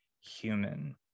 human